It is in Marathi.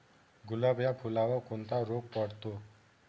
गुलाब या फुलावर कोणता रोग पडतो?